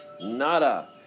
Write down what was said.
nada